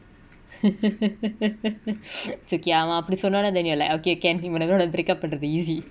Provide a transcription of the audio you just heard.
it's okay அவ அப்டி சொன்னோனே:ava apdi sonnone then you are like okay can whatever the break up பன்றது:panrathu easy